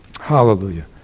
Hallelujah